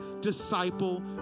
disciple